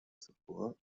zuvor